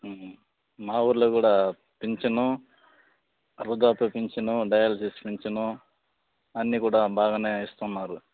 మా ఊరులో కూడా పింఛను వృద్ధాప్య పింఛను డయాలసిస్ పింఛను అన్నీ కూడా బాగా ఇస్తున్నారు